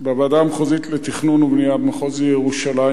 בוועדה המחוזית לתכנון ובנייה במחוז ירושלים